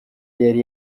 yari